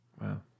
Wow